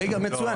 משחק